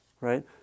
right